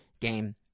game